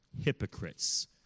hypocrites